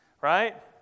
right